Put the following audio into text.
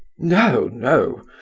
no, no!